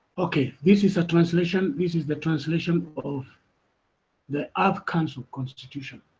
okay. this is a translation. this is the translation of the earth council constitution.